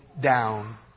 down